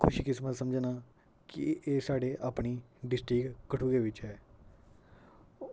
खुश किस्मत समझना की एह् साढ़े अपनी डिस्ट्रिक्ट कठुए विच ऐ